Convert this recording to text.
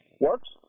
works